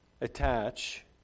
attach